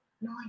No